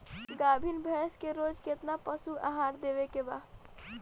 गाभीन भैंस के रोज कितना पशु आहार देवे के बा?